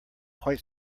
quite